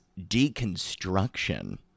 deconstruction